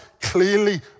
clearly